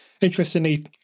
Interestingly